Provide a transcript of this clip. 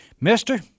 Mister